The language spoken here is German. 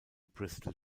bristol